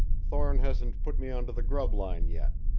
thorne hasn't put me on to the grub line yet.